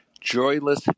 joyless